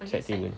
side pillar